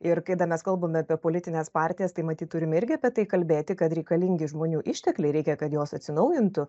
ir kai dar mes kalbame apie politines partijas tai matyt turim irgi apie tai kalbėti kad reikalingi žmonių ištekliai reikia kad jos atsinaujintų